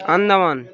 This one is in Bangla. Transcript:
আন্দামান